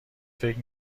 فکر